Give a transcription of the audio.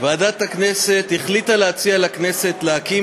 ועדת הכנסת החליטה להציע לכנסת להקים